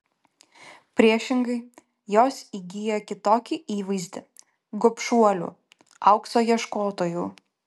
priešingai jos įgyja kitokį įvaizdį gobšuolių aukso ieškotojų